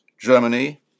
germany